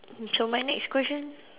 so my next question